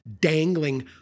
dangling